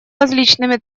различными